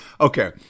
okay